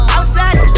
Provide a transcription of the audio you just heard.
Outside